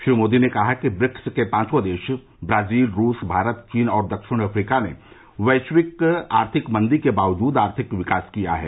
श्री मोदी ने कहा कि ब्रिक्स के पांचों देश ब्राजील रूस भारत चीन और दक्षिण अफ्रीका ने वैश्विक आर्थिक मंदी के बावजूद आर्थिक विकास किया है